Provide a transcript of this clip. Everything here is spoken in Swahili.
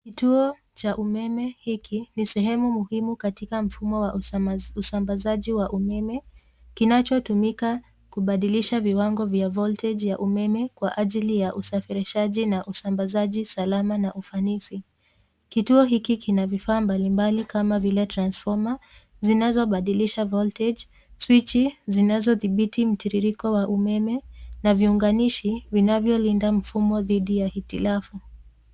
Kituo cha umeme hiki ni sehemu muhimu katika mfumo wa usambazaji wa umeme kinachotumika kubadilisha viwango vya voltage ya umeme kwa ajili ya usafirishaji na usambazaji salama na ufanisi. Kituo hiki kina vifaa mbalimbali kama vile transfoma zinazobadilisha voltage , swichi zinazodhibiti mtiririko wa umeme na viunganishi vinavyolinda mfumo dhidi ya hitilafu.